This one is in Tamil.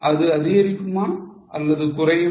அது அதிகரிக்குமா அல்லது குறையுமா